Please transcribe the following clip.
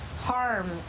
harm